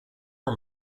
but